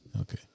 Okay